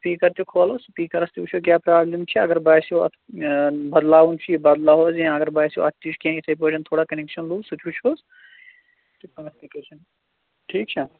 speaker تہِ کھولہوس سُپیٖکرَس تہِ وُچھو کیٛاہ پرٛابلِم چھِ اگر باسٮ۪و اَتھ بَدلاوُن چھُ یہِ بَدلاوہوس یا اگر باسٮ۪و اَتھ تہِ چھُ کیٚنٛہہ یِتھَے پٲٹھۍ تھوڑا کَنیکشَن لوٗز سُہ تہِ وُچھہوس تہٕ کانٛہہ فِکِر چھَنہٕ ٹھیٖک چھا